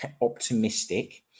optimistic